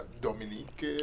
Dominique